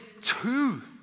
two